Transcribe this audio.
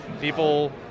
People